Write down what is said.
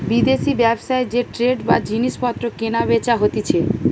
বিদেশি ব্যবসায় যে ট্রেড বা জিনিস পত্র কেনা বেচা হতিছে